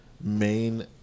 main